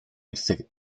irse